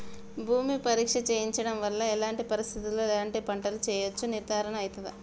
భూమి పరీక్ష చేయించడం వల్ల ఎలాంటి పరిస్థితిలో ఎలాంటి పంటలు వేయచ్చో నిర్ధారణ అయితదా?